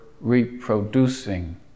reproducing